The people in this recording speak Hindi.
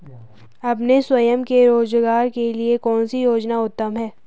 अपने स्वयं के रोज़गार के लिए कौनसी योजना उत्तम है?